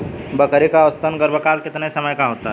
बकरी का औसतन गर्भकाल कितने समय का होता है?